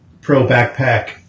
pro-backpack